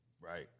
Right